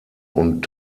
und